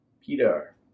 Peter